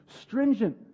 stringent